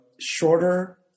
shorter